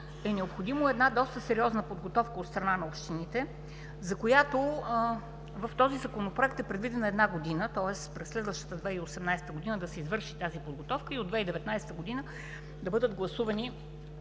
е необходима една доста сериозна подготовка от страна на общините, за която в този Законопроект е предвидена една година, тоест през следващата 2018 г. да се извърши тази подготовка и от 2019 г. да бъдат гласувани